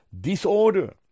disorder